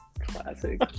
Classic